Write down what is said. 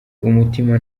umutima